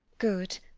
good!